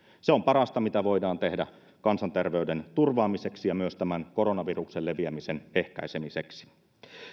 se on parasta mitä voidaan tehdä kansanterveyden turvaamiseksi ja myös tämän koronaviruksen leviämisen ehkäisemiseksi